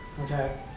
okay